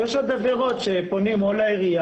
יש עוד עבירות שבהן פונים או לעירייה